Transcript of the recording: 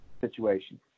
situation